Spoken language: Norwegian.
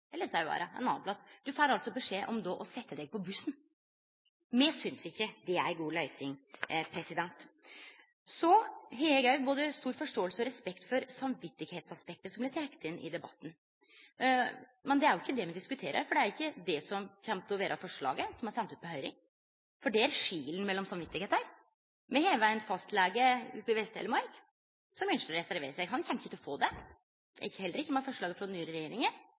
eller Sauherad eller ein annan plass. Du får altså beskjed om å setje deg på bussen. Me synest ikkje det er ei god løysing. Eg har både stor forståing og respekt for samvitsaspektet, som er trekt inn i debatten. Men det er ikkje det me diskuterer, for det er ikkje det som kjem til å vere forslaget som blir sendt ut på høyring. Der skil ein mellom samvit. Me har ein fastlege oppe i Vest-Telemark som ønskjer å reservere seg. Han kjem ikkje til å få det, heller ikkje med forslaget frå den nye regjeringa,